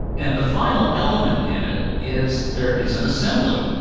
and the final element in it is there is an assembly.